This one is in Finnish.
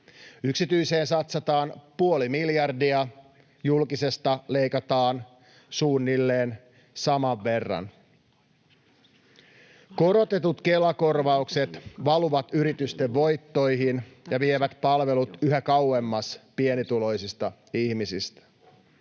Yksityiseen satsataan puoli miljardia, julkisesta leikataan suunnilleen saman verran. Korotetut Kela-korvaukset valuvat yritysten voittoihin ja vievät palvelut yhä kauemmas pienituloisista ihmisistä.